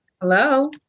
Hello